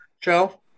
Joe